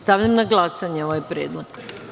Stavljam na glasanje ovaj predlog.